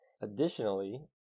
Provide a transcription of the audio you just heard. Additionally